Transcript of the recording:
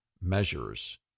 measures